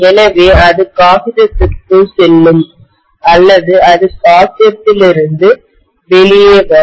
எனவே அது காகிதத்திற்குள் செல்லும் அல்லது அது காகிதத்திலிருந்து வெளியே வரும்